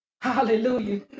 Hallelujah